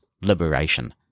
liberation